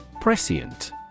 Prescient